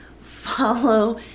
follow